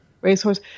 racehorse